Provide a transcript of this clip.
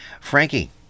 Frankie